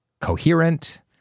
coherent